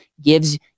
gives